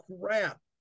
crap